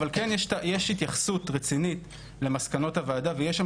אבל כן יש התייחסות רצינית למסקנות הוועדה ויש שם